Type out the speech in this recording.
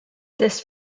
this